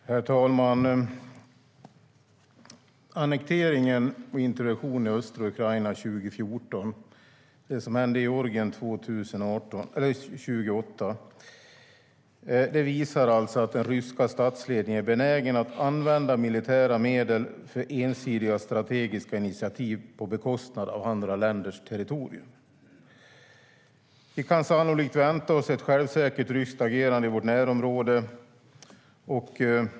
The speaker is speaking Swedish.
Herr talman! Annekteringen av och interventionen i östra Ukraina 2014 och det som hände i Georgien 2008 visar att den ryska statsledningen är benägen att använda militära medel för ensidiga strategiska initiativ på bekostnad av andra länders territorier. Vi kan sannolikt vänta oss ett självsäkert ryskt agerande i vårt närområde.